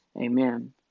Amen